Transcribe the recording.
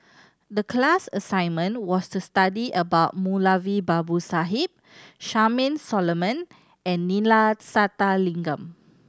the class assignment was to study about Moulavi Babu Sahib Charmaine Solomon and Neila Sathyalingam